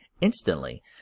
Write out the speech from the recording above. instantly